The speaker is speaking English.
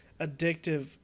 addictive